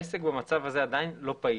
העסק במצב הזה עדיין לא פעיל.